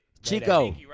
Chico